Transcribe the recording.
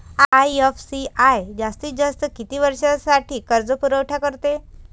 IFCI जास्तीत जास्त किती वर्षासाठी कर्जपुरवठा करते?